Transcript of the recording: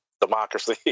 democracy